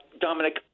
Dominic